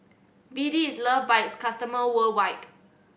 B D is loved by its customers worldwide